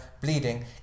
bleeding